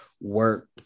work